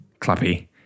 clappy